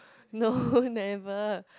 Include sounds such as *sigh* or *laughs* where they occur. no *laughs* never